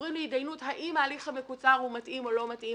עוברים להתדיינות אם ההליך המקוצר הוא מתאים או לא מתאים,